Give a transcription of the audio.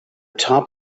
top